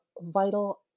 vital